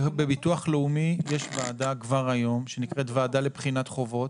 בביטוח לאומי יש ועדה כבר היום שנקראת ועדה לבחינת חובות